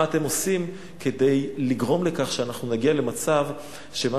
מה אתם עושים כדי לגרום לכך שאנחנו נגיע למצב שמה